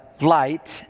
light